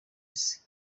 isi